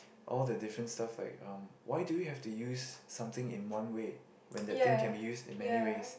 all the different stuff like um why do we have to use something in one way when that thing can be used in many ways